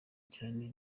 cyane